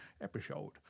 Episode